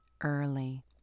early